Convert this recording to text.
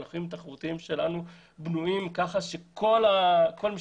ההליכים התחרותיים שלנו בנויים כך שכל מי